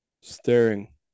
staring